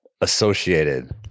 Associated